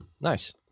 Nice